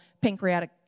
pancreatic